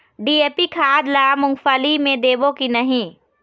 DAP खाद ला मुंगफली मे देबो की नहीं?